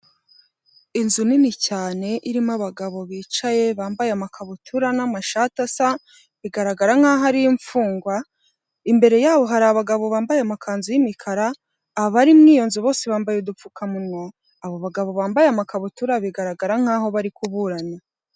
Inzu nini cyane irimo abagabo bicaye bambaye amakabutura n'amashati asa igaragara nk'aho ariyo imfungwa imbere yaho hari abagabo bambaye amakanzu y'imikara abari mu iyo nzu bose bambaye udupfukamunwa abo bagabo bambaye amakabutura bigaragara nkaho bari kuburana.